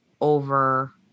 over